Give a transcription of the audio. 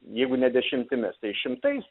jeigu ne dešimtimis šimtais